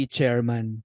Chairman